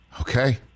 Okay